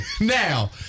Now